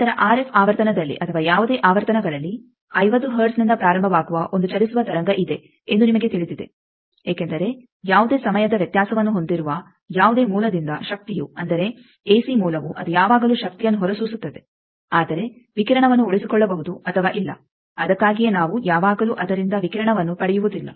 ನಂತರ ಆರ್ಎಫ್ ಆವರ್ತನದಲ್ಲಿ ಅಥವಾ ಯಾವುದೇ ಆವರ್ತನಗಳಲ್ಲಿ 50 ಹರ್ಟ್ಜ್ನಿಂದ ಪ್ರಾರಂಭವಾಗುವ ಒಂದು ಚಲಿಸುವ ತರಂಗ ಇದೆ ಎಂದು ನಿಮಗೆ ತಿಳಿದಿದೆಏಕೆಂದರೆ ಯಾವುದೇ ಸಮಯದ ವ್ಯತ್ಯಾಸವನ್ನು ಹೊಂದಿರುವ ಯಾವುದೇ ಮೂಲದಿಂದ ಶಕ್ತಿಯು ಅಂದರೆ ಎಸಿ ಮೂಲವು ಅದು ಯಾವಾಗಲೂ ಶಕ್ತಿಯನ್ನು ಹೊರಸೂಸುತ್ತದೆ ಆದರೆ ವಿಕಿರಣವನ್ನು ಉಳಿಸಿಕೊಳ್ಳಬಹುದು ಅಥವಾ ಇಲ್ಲ ಅದಕ್ಕಾಗಿಯೇ ನಾವು ಯಾವಾಗಲೂ ಅದರಿಂದ ವಿಕಿರಣವನ್ನು ಪಡೆಯುವುದಿಲ್ಲ